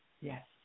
Yes